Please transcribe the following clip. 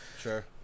Sure